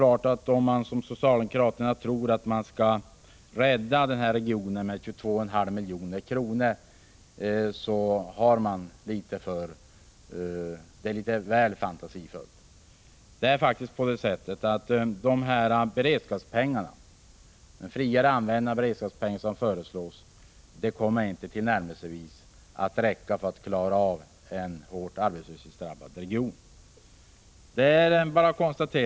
Att som socialdemokraterna tro att man kan rädda regionen med 22,5 miljoner är litet väl fantasifullt. Den friare användning av beredskapspengar som föreslås kommer nämligen inte att tillnärmelsevis räcka för att klara av problemen i en hårt arbetslöshetsdrabbad region.